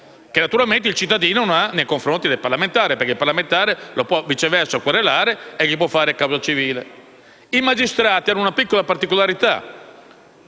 che naturalmente il cittadino non ha, nei confronti del parlamentare, che lo può viceversa querelare e gli può intentare causa civile. I magistrati hanno una "piccola" particolarità